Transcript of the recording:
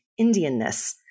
Indianness